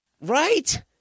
right